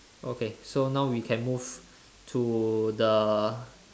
okay so now we can move to the